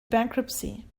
bankruptcy